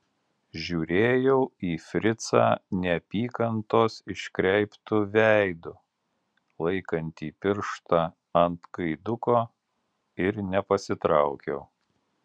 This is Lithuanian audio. žiūrėjau į fricą neapykantos iškreiptu veidu laikantį pirštą ant gaiduko ir nepasitraukiau